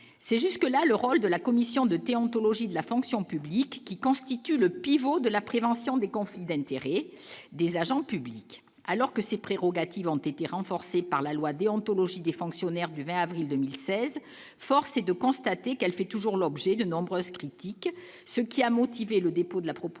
c'est jusque-là le rôle de la commission de déontologie de la fonction publique, qui constitue le pivot de la prévention des conflits d'intérêts et des agents publics, alors que ses prérogatives ont été renforcés par la loi, déontologie des fonctionnaires du 20 avril 2016, force est de constater qu'elle fait toujours l'objet de nombreuses critiques, ce qui a motivé le dépôt de la proposition